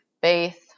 faith